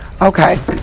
Okay